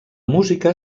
música